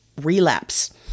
relapse